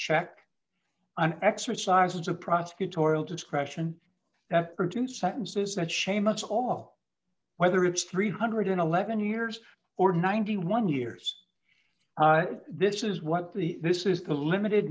check an exercise of prosecutorial discretion that produce sentences that shamus all whether it's three hundred and eleven years or ninety one years this is what the this is the limited